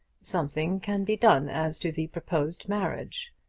something can be done as to the proposed marriage.